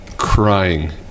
crying